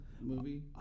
movie